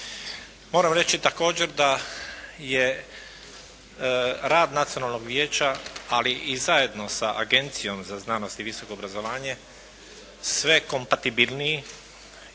Moram reći također da je rad Nacionalnog vijeća, ali i zajedno sa Agencijom za znanost i visoko obrazovanje sve komatibilniji